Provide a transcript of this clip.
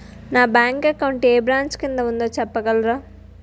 నా bank account ఏ branch కిందా ఉందో చెప్పగలరా?